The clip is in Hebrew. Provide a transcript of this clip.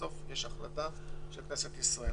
בסוף תהיה החלטה של כנסת ישראל.